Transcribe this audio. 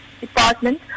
department